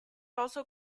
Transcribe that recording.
also